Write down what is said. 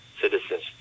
citizens